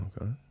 Okay